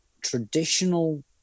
traditional